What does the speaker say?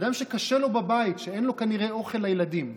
אדם שקשה לו בבית, שאין לו כנראה אוכל לילדים.